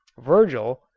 virgil,